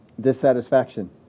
dissatisfaction